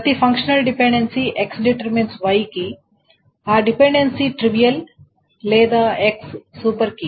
ప్రతి functional dependency X→Y కి ఆ డిపెండెన్సీ ట్రివియల్ లేదా X సూపర్ కీ